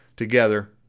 Together